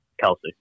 Kelsey